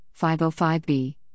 505b